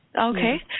Okay